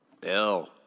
Bill